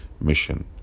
mission